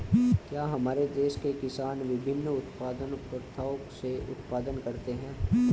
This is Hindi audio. क्या हमारे देश के किसान विभिन्न उत्पादन प्रथाओ से उत्पादन करते हैं?